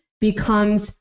becomes